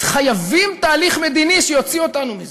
אז חייבים תהליך מדיני שיוציא אותנו מזה.